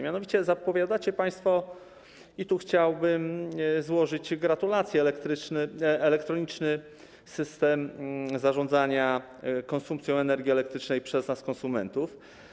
Mianowicie zapowiadacie państwo, i tu chciałbym złożyć gratulacje, elektroniczny system zarządzania konsumpcją energii elektrycznej przez konsumentów.